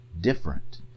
different